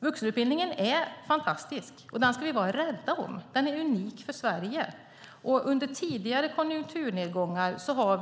Vuxenutbildningen är fantastisk och vi ska vara rädda om den. Den är unik för Sverige. Under tidigare konjunkturnedgångar har